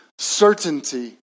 certainty